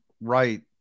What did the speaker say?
right